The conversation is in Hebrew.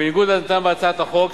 שבניגוד לנטען בהצעת החוק,